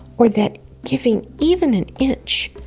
or that giving even an inch,